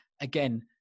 Again